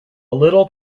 little